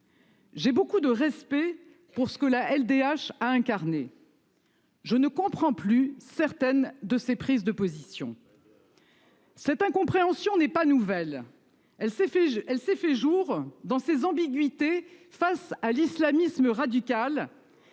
J'ai beaucoup de respect pour ce que la LDH a incarné, mais je ne comprends plus certaines de ses prises de position. Très bien ! Cette incompréhension n'est pas nouvelle. Elle s'est fait jour dans les ambiguïtés de cette association